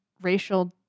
racial